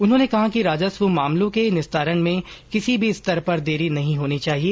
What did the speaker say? उन्होंने कहा कि राजस्व मामलों के निस्तारण में किसी भी स्तर पर देरी नहीं होनी चाहिए